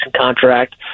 contract